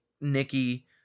Nikki